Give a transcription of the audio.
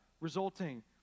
resulting